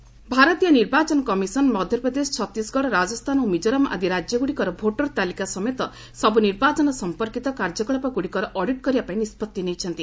election commission ଭାରତୀୟ ନିର୍ବାଚନ commission Madhya Pradesh Chhattisgarh Rajasthan ଓ ମିଜୋରାମ୍ ଆଦି ରାଜ୍ୟଗ୍ରଡ଼ିକର ଭୋଟର ତାଲିକା ସମେତ ସବ୍ର ନିର୍ବାଚନ ସମ୍ପର୍କିତ କାର୍ଯ୍ୟକଳାପଗୁଡ଼ିକର ଅଡିଟ୍ କରିବାପାଇଁ ନିଷ୍ପଭି ନେଇଛନ୍ତି